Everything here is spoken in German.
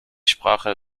sprache